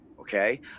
Okay